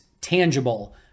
tangible